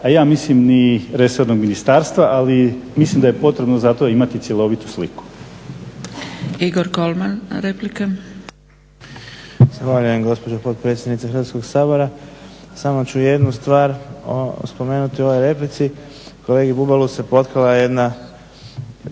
a ja mislim ni resornog ministarstva ali mislim da je potrebno za to imati cjelovitu sliku. **Zgrebec, Dragica (SDP)** Igor Kolman, replika. **Kolman, Igor (HNS)** Zahvaljujem gospođo potpredsjednice Hrvatskog sabora. Samo ću jednu stvar spomenuti u ovoj replici. Kolegi Bubalu se potkrala jedna